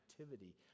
activity